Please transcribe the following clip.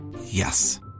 Yes